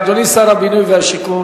אדוני שר הבינוי והשיכון,